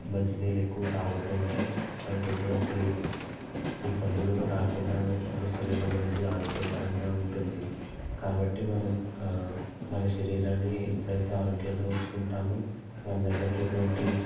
మంచినీళ్ళు ఎక్కువ తాగుతూ ఉంటే మనకి ఎటువంటి ఇబ్బందులు రాకుండా మన శరీరం అనేది ఆరోగ్యకరంగా ఉంటుంది కాబట్టి మనం మన శరీరాన్ని ఎప్పుడైతే ఆరోగ్యంగా ఉంచుకుంటామో మన దగ్గరికి ఎటువంటి